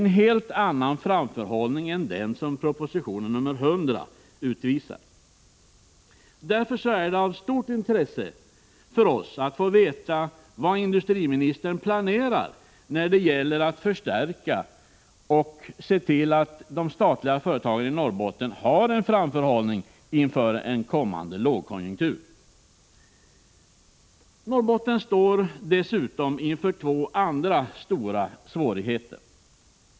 Ne j a a ke iskogslänen, annan framförhållning än den som proposition nr 100 utvisar. Därför är det rr av stort intresse för oss att få veta vad industriministern planerar när det gäller förstärkningar och att se till att de statliga företagen i Norrbotten har en framförhållning inför en kommande lågkonjunktur. Norrbotten står dessutom inför två andra stora svårigheter.